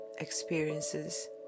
experiences